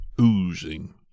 Oozing